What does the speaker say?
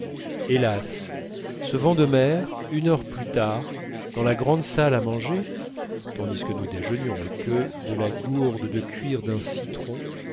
hélas le vent de mer une heure plus tard dans la grande salle à manger tandis que nous déjeunions et que de la gourde de cuir d'un citron